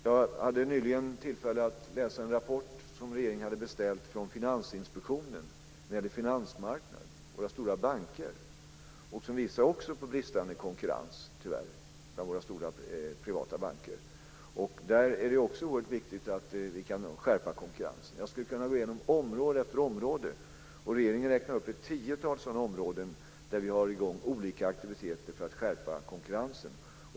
Jag hade nyligen tillfälle att läsa en rapport som regeringen hade beställt från Finansinspektionen när det gällde finansmarknaden, och den visade tyvärr också på bristande konkurrens bland våra stora privata banker. Där är det också oerhört viktigt att vi kan skärpa konkurrensen. Jag skulle kunna gå igenom område efter område. Regeringen räknar upp ett tiotal sådana områden där vi har olika aktiviteter i gång för att skärpa konkurrensen.